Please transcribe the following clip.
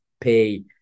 pay